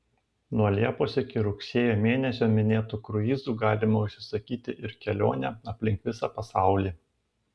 nuo liepos iki rugsėjo mėnesio minėtu kruizu galima užsisakyti ir kelionę aplink visą pasaulį